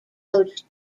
coach